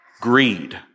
Greed